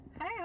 hey